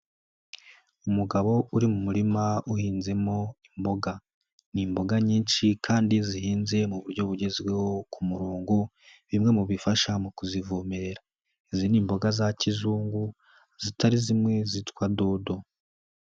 Umugabo uri mu murima uhinzemo imboga, n'imboga nyinshi kandi zihinze mu buryo bugezweho ku murongo, bimwe mu bifasha mu kuzivomerera izi ni imboga za kizungu zitari zimwe zitwa dodo.